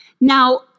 Now